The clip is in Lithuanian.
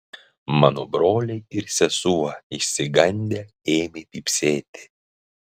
mano broliai ir sesuo išsigandę ėmė pypsėti